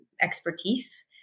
expertise